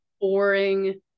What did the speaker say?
boring